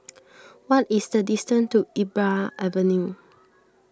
what is the distance to Iqbal Avenue